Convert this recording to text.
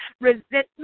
resentment